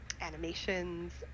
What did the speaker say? animations